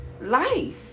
life